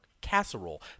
casserole